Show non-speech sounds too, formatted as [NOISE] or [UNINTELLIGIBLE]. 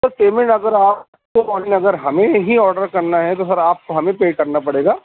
سر payment اگر آپ [UNINTELLIGIBLE] ہمیں ہی آرڈر کرنا ہے تو سر آپ کو ہمیں پے کرنا پڑے گا